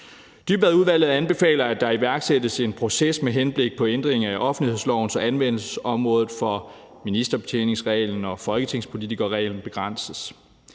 Dybvadudvalget anbefaler, at der iværksættes en proces med henblik på ændring af offentlighedsloven, så anvendelsesområdet for ministerbetjeningsreglen og folketingspolitikerreglen begrænses.